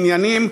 עניינים,